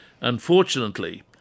Unfortunately